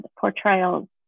portrayals